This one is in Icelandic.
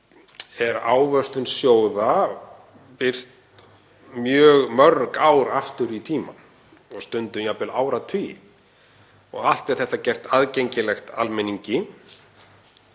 er ávöxtun sjóða birt mjög mörg ár aftur í tímann, stundum jafnvel áratugi. Allt er þetta gert aðgengilegt almenningi.